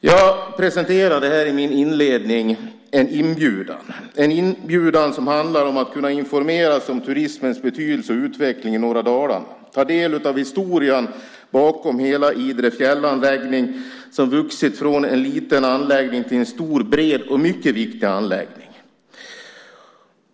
Jag presenterade i min inledning en inbjudan till att informeras om turismens betydelse och utveckling i norra Dalarna och ta del av historien bakom Idre fjällanläggning, som vuxit från en liten anläggning till en stor, bred och mycket viktig sådan.